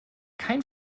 kein